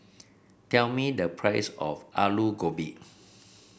tell me the price of Aloo Gobi